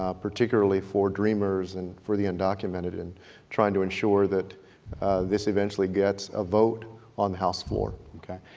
ah particularly for dreamers and for the undocumented and trying to ensure that this eventually gets a vote on the house floor. okay.